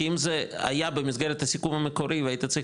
כי אם זה היה במסגרת הסיכום המקורי והיית צריך